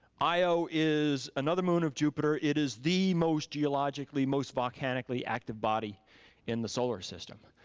io is another moon of jupiter, it is the most geologically, most volcanically active body in the solar system.